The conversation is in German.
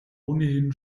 ohnehin